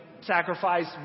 sacrifice